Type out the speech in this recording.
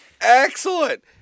excellent